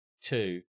Two